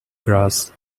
grass